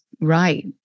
right